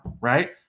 right